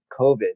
COVID